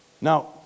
Now